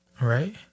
Right